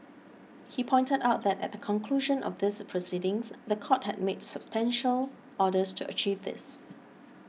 he pointed out that at the conclusion of these proceedings the court had made substantial orders to achieve this